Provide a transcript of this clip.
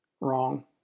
Wrong